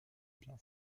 bien